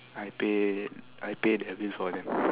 I pay I pay their bill for them